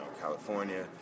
California